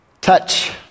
Touch